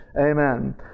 Amen